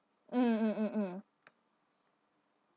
mm mm mm mm